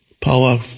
power